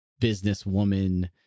businesswoman